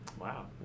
Wow